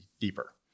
deeper